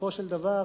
בסופו של דבר,